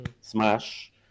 smash